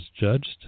judged